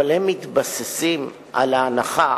אבל הן מתבססות על ההנחה